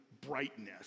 brightness